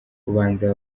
ubanza